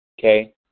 Okay